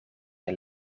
een